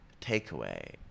takeaway